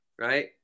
right